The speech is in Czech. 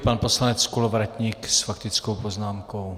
Pan poslanec Kolovratník s faktickou poznámkou.